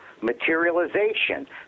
materialization